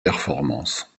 performances